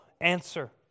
answer